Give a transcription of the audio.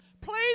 Please